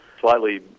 slightly